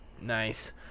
Nice